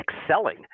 excelling